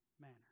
manner